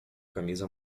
camisa